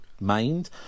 mind